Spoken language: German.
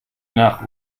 nach